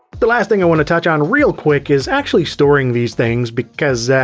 the last thing and and touch on real quick is actually storing these things, because,